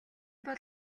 бол